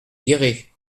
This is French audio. guéret